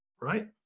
right